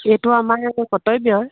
সেইটো আমাৰ আৰু কৰ্তব্যই